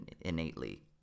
innately